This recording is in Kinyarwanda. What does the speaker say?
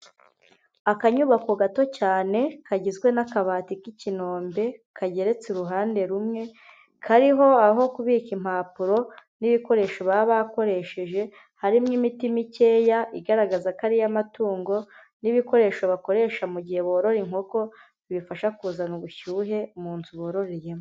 Akanyubako gato cyane kagizwe n'akabati k'ikinombe kageretse uruhande rumwe, kariho aho kubika impapuro n'ibikoresho baba bakoresheje, harimo imiti mikeya igaragaza ko ari iy'amatungo n'ibikoresho bakoresha mu gihe borora inkoko bifasha kuzana ubushyuhe mu nzu bororeyemo.